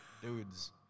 dudes